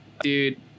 dude